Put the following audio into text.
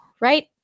right